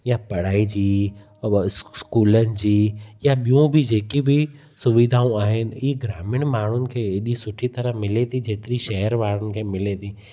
या पढ़ाई जी अव इस्कूलनि जी या ॿियूं बि जेकी बि सुविधाऊं आहिनि ही ग्रामीण माण्हुनि खे एॾी सुठी तरह मिले थी जेतिरी शहर वारनि खे मिले थी